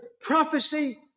prophecy